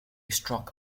struck